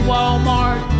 Walmart